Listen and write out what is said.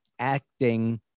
acting